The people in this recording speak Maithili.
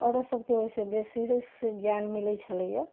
औरत सबके ओहिसे बेसी ज्ञान मिलैत छलैया